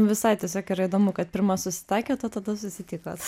visai tiesiog yra įdomu kad pirma susitaikėt o tada susitikot